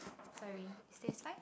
sorry it's fine